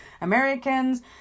Americans